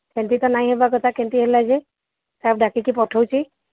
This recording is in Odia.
ଏମିତି ତ ନାଇ ହେବା କଥା କେମିତି ହେଲା ଯେ ଷ୍ଟାଫ୍ ଡାକିକି ପଠଉଛି